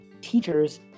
teachers